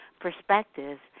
perspectives